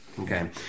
Okay